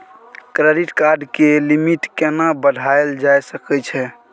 Credit card के limit केना बढायल जा सकै छै?